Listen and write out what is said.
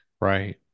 right